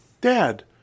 Dad